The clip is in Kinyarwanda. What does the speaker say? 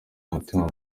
umutima